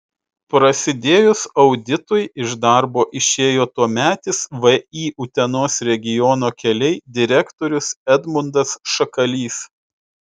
prasidėjus auditui iš darbo išėjo tuometis vį utenos regiono keliai direktorius edmundas šakalys